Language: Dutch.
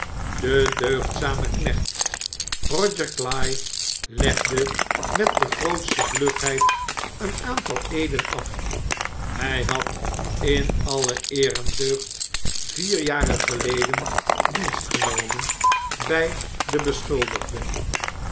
de deugdzame knecht roger cly legde met de grootste vlugheid een aantal eeden af hij had in alle eer en deugd vier jaren geleden dienst genomen b den beschuldigde